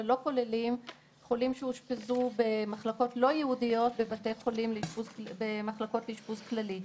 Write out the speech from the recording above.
ולא כוללים חולים שאושפזו במחלקות לא ייעודיות בבתי חולים לאשפוז כללי.